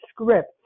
scripts